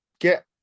get